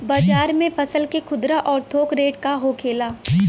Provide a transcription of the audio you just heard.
बाजार में फसल के खुदरा और थोक रेट का होखेला?